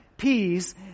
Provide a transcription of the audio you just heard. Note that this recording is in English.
Peace